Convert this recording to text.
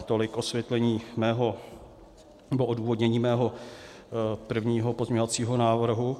Tolik osvětlení nebo odůvodnění mého prvního pozměňovacího návrhu.